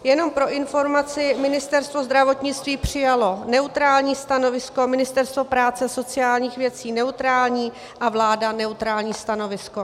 Jenom pro informaci, Ministerstvo zdravotnictví přijalo neutrální stanovisko, Ministerstvo práce a sociálních věcí neutrální a vláda neutrální stanovisko.